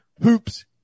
hoops